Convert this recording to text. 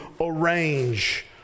arrange